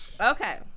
Okay